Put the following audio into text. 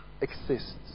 exists